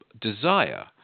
desire